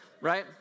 Right